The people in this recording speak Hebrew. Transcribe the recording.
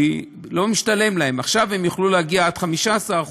כי לא השתלם להם, עכשיו הם יוכלו להגיע עד 15%,